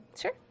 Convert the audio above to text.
Sure